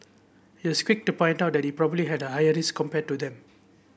he was quick to point out that he probably had a higher risk compared to them